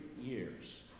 years